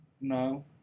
No